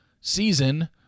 season